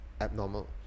abnormal